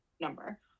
number